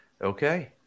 Okay